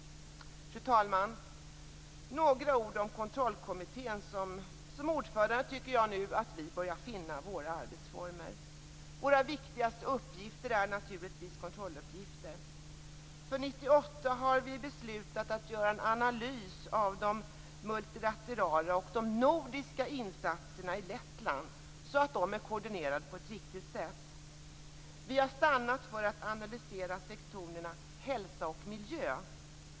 Fru talman! Jag skall nämna några ord om kontrollkommittén. Jag tycker att vi nu börjar finna våra arbetsformer som ordförande. Våra viktigaste uppgifter är naturligtvis kontrolluppgifter. För 1998 har vi beslutat att göra en analys av de multilaterala och de nordiska insatserna i Lettland så att de är koordinerade på ett riktigt sätt. Vi har stannat för att analysera sektorerna hälsa och miljö.